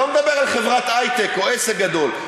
ואני לא מדבר על חברת היי-טק או עסק גדול,